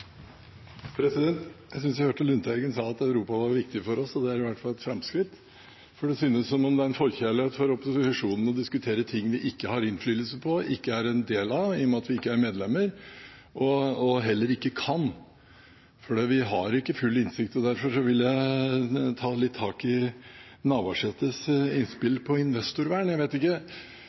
Jeg syntes jeg hørte Lundteigen si at Europa er viktig for oss, og det er i hvert fall et framskritt! For det synes som om opposisjonen har en forkjærlighet for å diskutere ting vi ikke har innflytelse på og ikke er en del av, i og med at vi ikke er medlemmer – og heller ikke kan, for vi har ikke full innsikt – og derfor vil jeg ta litt tak i Navarsetes innspill om investorvern. Når det gjelder den beskrivelsen: Jeg vet